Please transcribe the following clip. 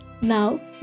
Now